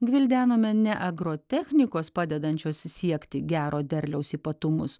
gvildenome ne agrotechnikos padedančios siekti gero derliaus ypatumus